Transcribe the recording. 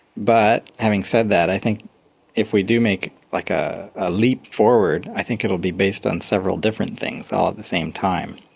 but, having said that, i think if we do make like ah a leap forward, i think it will be based on several different things all at the same time.